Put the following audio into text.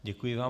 Děkuji vám.